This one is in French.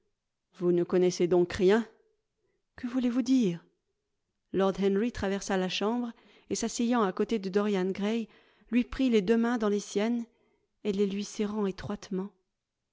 vous ne connaissez donc rien que voulez-vous dire lord henry traversa la chambre et s'asseyant à côté de dorian gray lui prit les deux mains dans les siennes et les lui serrant étroitement